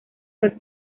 fue